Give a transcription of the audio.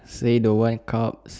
say don't want carbs